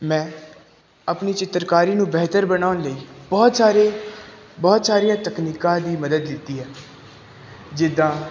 ਮੈਂ ਆਪਣੀ ਚਿੱਤਰਕਾਰੀ ਨੂੰ ਬਿਹਤਰ ਬਣਾਉਣ ਲਈ ਬਹੁਤ ਸਾਰੇ ਬਹੁਤ ਸਾਰੀਆਂ ਤਕਨੀਕਾਂ ਦੀ ਮਦਦ ਲਿੱਤੀ ਏ ਜਿੱਦਾਂ